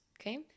okay